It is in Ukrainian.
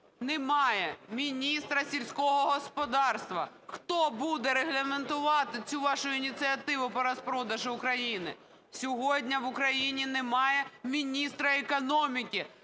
немає міністра сільського господарства. Хто буде регламентувати цю вашу ініціативу по розпродажу України? Сьогодні в Україні немає міністра економіки